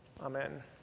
Amen